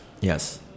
Yes